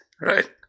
Right